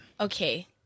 Okay